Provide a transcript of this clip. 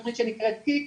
יש